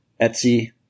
Etsy